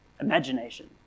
imagination